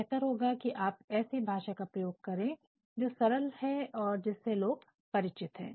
बेहतर होगा कि आप ऐसी भाषा का प्रयोग करें सरल है जिससे लोग परिचित हैं